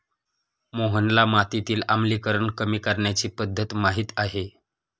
मोहनला मातीतील आम्लीकरण कमी करण्याची पध्दत माहित आहे